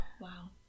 Wow